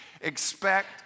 Expect